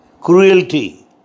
cruelty